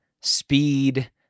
speed